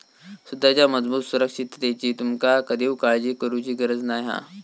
सुताच्या मजबूत सुरक्षिततेची तुमका कधीव काळजी करुची गरज नाय हा